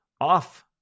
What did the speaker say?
off